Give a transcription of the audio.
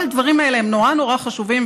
כל הדברים האלה הם נורא נורא חשובים,